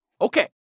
Okay